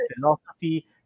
philosophy